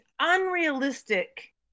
unrealistic